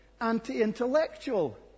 anti-intellectual